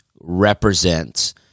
represents